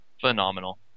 phenomenal